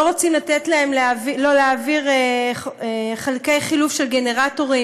ולא רוצים לתת להם להעביר חלקי חילוף של גנרטורים,